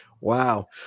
Wow